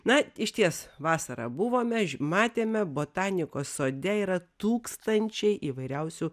na išties vasarą buvome matėme botanikos sode yra tūkstančiai įvairiausių